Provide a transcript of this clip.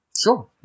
Sure